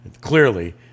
clearly